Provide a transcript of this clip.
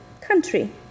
country